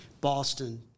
Boston